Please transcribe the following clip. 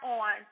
on